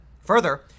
Further